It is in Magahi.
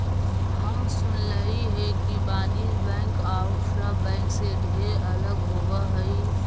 हम सुनलियई हे कि वाणिज्य बैंक आउ सब बैंक से ढेर अलग होब हई